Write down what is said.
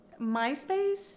MySpace